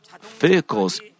vehicles